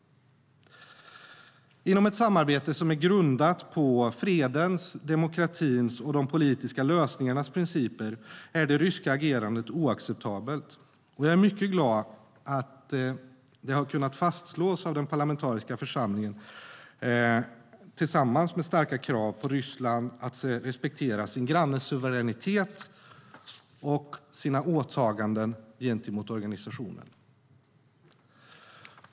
Inom ett samarbete grundat på fredens, demokratins och de politiska lösningarnas principer är det ryska agerandet oacceptabelt. Jag är mycket glad att detta har kunnat fastslås av den parlamentariska församlingen, tillsammans med starka krav på Ryssland att respektera sin grannes suveränitet och sina åtaganden gentemot organisationen.